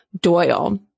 Doyle